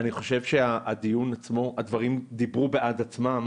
אני חושב שבדיון עצמו הדברים דיברו בעד עצמם.